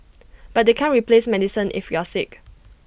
but they can't replace medicine if you're sick